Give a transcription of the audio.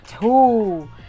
two